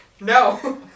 No